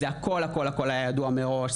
זה הכול הכול היה ידוע מראש,